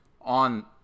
on